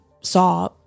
saw